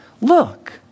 Look